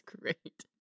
great